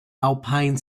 alpine